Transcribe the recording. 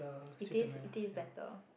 it taste it taste better